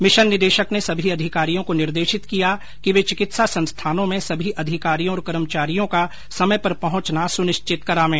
mission निदेशक ने सभी अधिकारियों को निर्देशित किया है कि वे चिकित्सा संस्थानों में सभी अधिकारियों और कर्मचारियों का समय पर पहुंचना सुनिश्चित करावें